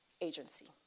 agency